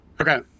Okay